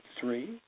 three